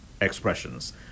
expressions